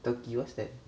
turkey what's that